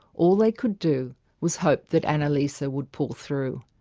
all they could do was hope that annalisa would pull through.